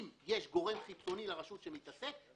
אם יש גורם חיצוני לרשות שמתעסק בהם,